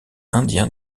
indien